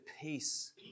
peace